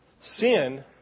Sin